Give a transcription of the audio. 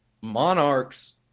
monarchs